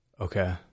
Okay